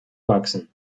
wachsen